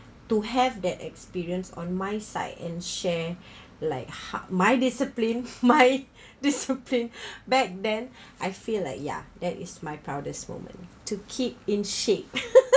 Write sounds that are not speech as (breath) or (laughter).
to have that experience on my side and share (breath) like hard my discipline my (laughs) discipline (breath) back then I feel like ya that is my proudest moment to keep in shape (laughs)